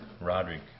Roderick